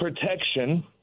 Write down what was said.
protection